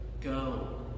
go